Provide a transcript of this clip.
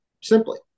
simply